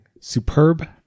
Superb